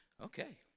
Okay